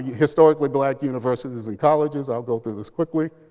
historically black universities and colleges. i'll go through this quickly.